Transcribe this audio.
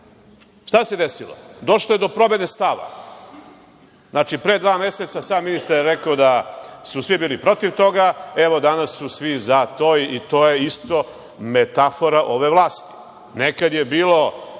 se desilo? Došlo je do promene stava. Znači, pre dva meseca sam ministar je rekao da su svi bili protiv toga, a evo danas su svi za to, i to je isto metafora ove vlasti.